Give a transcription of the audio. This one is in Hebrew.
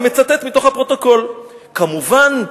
אני מצטט מתוך הפרוטוקול: "כמובן,